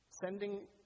sending